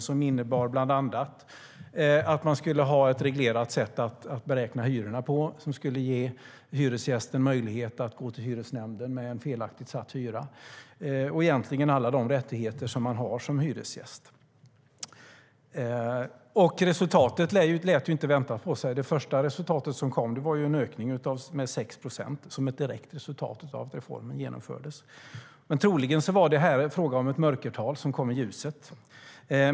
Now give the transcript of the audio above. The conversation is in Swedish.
Den innebar bland annat att man skulle ha ett reglerat sätt för att beräkna hyrorna som skulle ge hyresgästen möjlighet att gå till hyresnämnden med en felaktigt satt hyra. Hyresgästen skulle få alla de rättigheter som man har som hyresgäst. Resultatet lät inte vänta på sig. Det första resultatet som kom var en ökning med 6 procent som ett direkt resultat av att reformen genomfördes. Men troligen var det fråga om ett mörkertal som kom i ljuset.